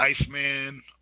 Iceman